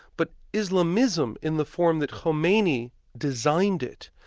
but islamism, in the form that khomeini designed it,